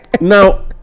Now